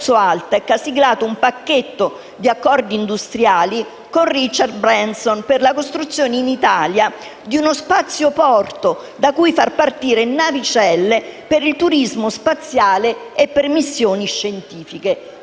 attraverso Altec, ha siglato un pacchetto di accordi industriali con Richard Branson per la costruzione in Italia di uno spazioporto da cui far partire navicelle per il turismo spaziale e per missioni scientifiche».